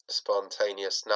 spontaneous